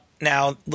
now